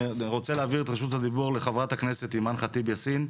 אני רוצה להעביר את רשות הדיבור לח"כ אימאן ח'טיב יאסין,